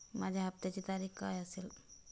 माझ्या हप्त्याची तारीख काय असेल?